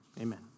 Amen